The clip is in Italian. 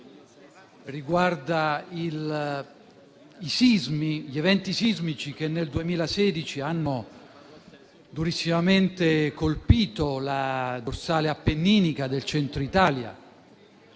riguarda gli eventi sismici che nel 2016 hanno durissimamente colpito la dorsale appenninica del Centro Italia.